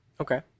Okay